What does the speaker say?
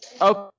Okay